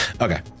Okay